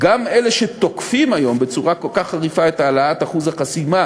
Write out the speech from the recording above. גם אלה שתוקפים היום בצורה כל כך חריפה את העלאת אחוז החסימה